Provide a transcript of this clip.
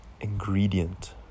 ingredient